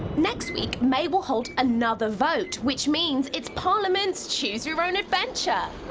next week, may will hold another vote, which means it's parliament's choose your own adventure.